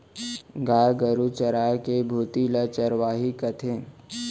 गाय गरू चराय के भुती ल चरवाही कथें